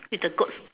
with the goats